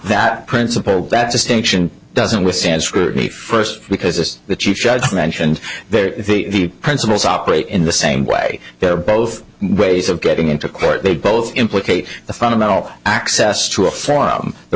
that principle that distinction doesn't withstand scrutiny first because as the chief judge mentioned there the principals operate in the same way they're both ways of getting into court they both implicate the fundamental access to a forum the